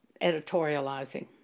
editorializing